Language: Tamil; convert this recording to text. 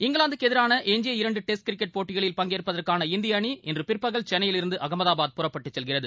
இங்கிலாந்துக்கு எதிராள எஞ்சிய இரண்டு டெஸ்ட் கிரிக்கெட் போட்டிகளில் பங்கேற்பதற்கான இந்திய அணி இன்று பிற்பகல் சென்னையிலிருந்து அசமதாபாத் புறப்பட்டுச் செல்கிறது